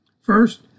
First